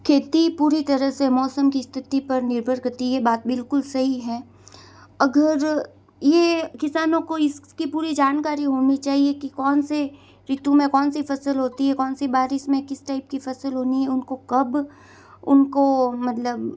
खेती पूरी तरह से मौसम की स्थिति पर निर्भर करती है यह बात बिल्कुल सही हैं अगर यह किसानों को इसकी पूरी जानकारी होनी चाहिए कि कौन से ऋतु में कौन सी फसल होती है कौन सी बारिश में किस टाइप की फसल होनी है उनको कब उनको मतलब